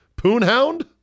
Poonhound